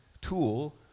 tool